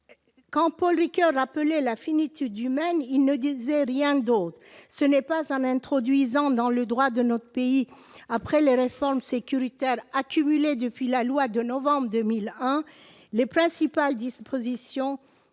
avoir lu l'oeuvre ! -rappelait la finitude humaine, il ne disait rien d'autre. Ce n'est pas en introduisant dans le droit de notre pays, après les réformes sécuritaires accumulées depuis la loi de novembre 2001, les principales dispositions